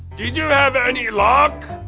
did you have any luck?